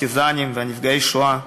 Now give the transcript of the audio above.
הפרטיזנים ונפגעי השואה,